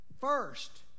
first